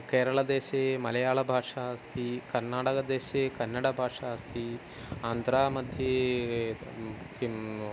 केरळदेशे मलयाळभाषा अस्ति कर्नाडगदेशे कन्नडभाषा अस्ति आन्द्रा मध्ये किम्